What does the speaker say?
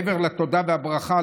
מעבר לתודה והברכה,